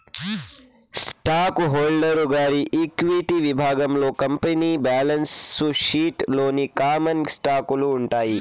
stock holder గారి equity విభాగంలో company balance sheet లోని కామన్ స్టాకులు ఉంటాయి